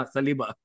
Saliba